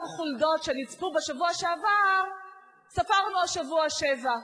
חולדות שנצפו בשבוע שעבר ספרנו השבוע שבע.